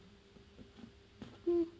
mm